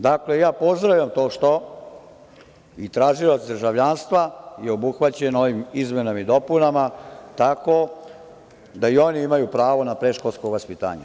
Dakle, ja pozdravljam to što i tražilac državljanstva je obuhvaćen ovim izmenama i dopunama, tako da i oni imaju pravo na predškolsko vaspitanje.